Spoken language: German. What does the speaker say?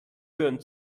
hören